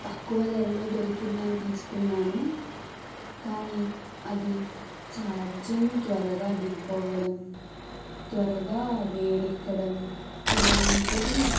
తక్కువ ధరలో దొరికిందని తీసుకున్నాను కానీ అది ఛార్జింగ్ త్వరగా దిగిపోవడం త్వరగా వేడెక్కడం ఇలాంటివి